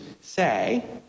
say